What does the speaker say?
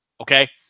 Okay